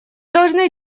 должны